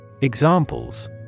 Examples